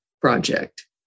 Project